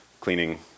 cleaning